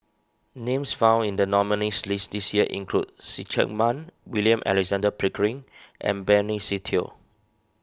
names found in the nominees' list this year include See Chak Mun William Alexander Pickering and Benny Se Teo